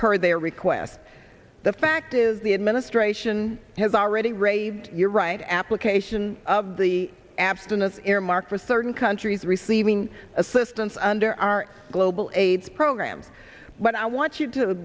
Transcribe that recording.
per their request the fact is the administration has already raved you're right application of the abstinence earmark for certain countries receiving assistance under our global aids program but i want you to